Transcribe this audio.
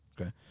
okay